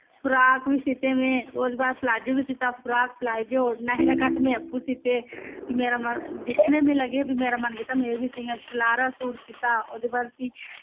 frock बी सीते ओह्दे बाद प्लाजो बी सीता फ्राक प्लाजो नहिरा कट में अप्पूं सीते फ्ही मेरा मन कीते में शरारा सूट सीयां ओह्दे बाद